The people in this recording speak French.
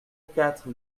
quatre